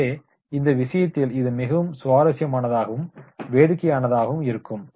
எனவே இந்த விஷயத்தில் இது மிகவும் சுவாரஸ்யமானதாகவும் வேடிக்கையானதாகவும் இருக்கும்